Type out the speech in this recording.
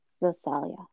Rosalia